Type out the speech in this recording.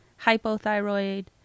hypothyroid